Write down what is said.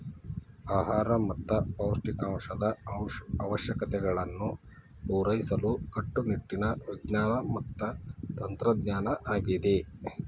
ಆಹಾರ ಮತ್ತ ಪೌಷ್ಟಿಕಾಂಶದ ಅವಶ್ಯಕತೆಗಳನ್ನು ಪೂರೈಸಲು ಕಟ್ಟುನಿಟ್ಟಿನ ವಿಜ್ಞಾನ ಮತ್ತ ತಂತ್ರಜ್ಞಾನ ಆಗಿದೆ